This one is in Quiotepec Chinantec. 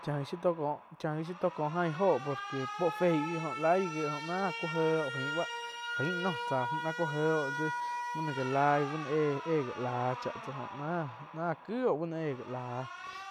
Cháh shiu tó có, cháh shiu tó có ain óho por que puo fei gi oh lai gi gie óh náh ku éh óh fain noh tsá müh ná ku éh óh tsi bu noh uh ai bu no éh gá la chá tsá náh, náh ki óh bá ná éh gá láh